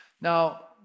Now